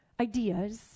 ideas